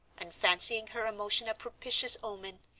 and fancying her emotion a propitious omen,